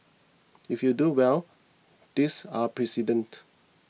if you do well these are precedents